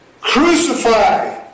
Crucify